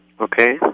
Okay